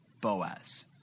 Boaz